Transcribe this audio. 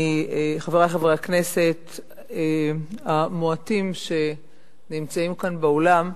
חברי חברי הכנסת המועטים שנמצאים כאן באולם,